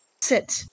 sit